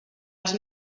els